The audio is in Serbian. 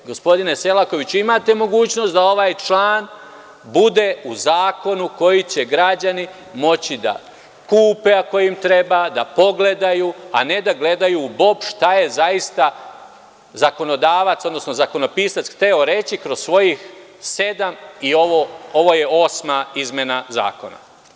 Gospodine Selakoviću, imate mogućnost da ovaj član bude u zakonu koji će građani moći da kupe, ako im treba, da pogledaju, a ne da gledaju u bob šta je zaista zakonodavac, odnosno zakonopisac hteo reći kroz svojih sedam i ovo je osma izmena zakona.